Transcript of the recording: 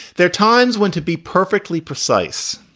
there are times when, to be perfectly precise,